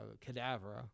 cadaver